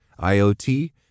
IoT